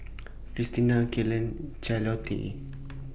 Krystina Kelan Charlottie